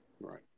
Right